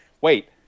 wait